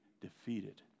defeated